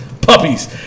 puppies